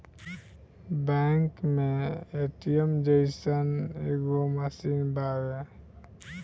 bank मे ATM जइसन एगो मशीन बावे